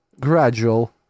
gradual